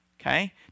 okay